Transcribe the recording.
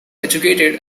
educated